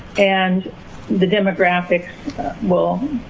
and the demographics will